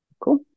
Cool